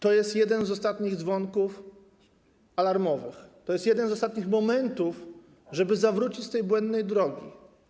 To jest jeden z ostatnich dzwonków alarmowych, to jest jeden z ostatnich momentów, żeby zawrócić z tej błędnej drogi.